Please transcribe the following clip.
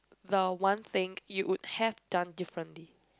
the one thing you would have done differently